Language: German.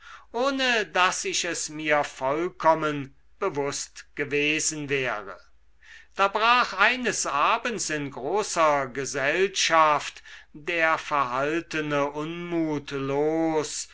ohne daß ich es mir vollkommen bewußt gewesen wäre da brach eines abends in großer gesellschaft der verhaltene unmut los